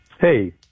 Hey